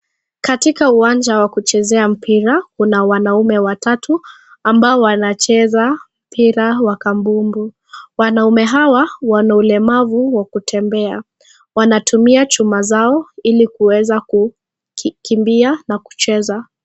Katika uwanja wa kuchezea mpira, kuna wanaume watatu ambao wanacheza mpira wa kambumbu. Wanaume hawa, wana ulemavu wa kutembea, wanatumia chuma zao ili kuweza kukimbia na kucheza.